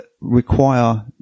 require